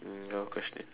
no question